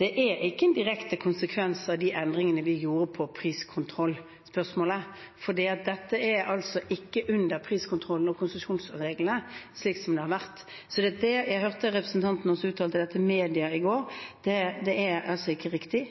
ikke er en direkte konsekvens av de endringene vi gjorde på priskontrollspørsmålet, for dette er ikke under priskontrollen og konsesjonsreglene, slik som det har vært. Jeg hørte representanten også uttale dette til media i går, men det er altså ikke riktig.